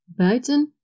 Buiten